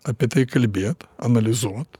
apie tai kalbėt analizuot